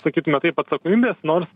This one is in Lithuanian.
sakytume taip atsakomybės nors